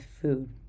food